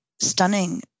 stunning